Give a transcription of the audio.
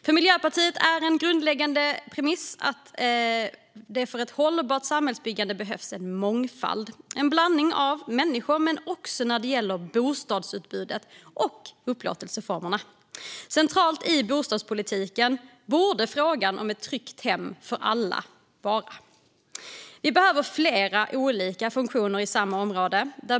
För Miljöpartiet är det en grundläggande premiss att det för ett hållbart samhällsbyggande behövs en mångfald. Det behövs en blandning av människor men också av bostadsutbud och upplåtelseformer. Central i bostadspolitiken borde frågan om ett tryggt hem för alla vara. Vi behöver flera olika funktioner i samma område.